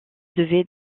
devait